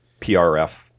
PRF